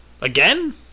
Again